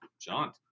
John